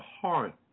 heart